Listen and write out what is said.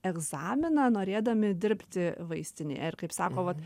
egzaminą norėdami dirbti vaistinėje ir kaip sako vat